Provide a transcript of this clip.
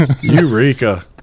eureka